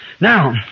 Now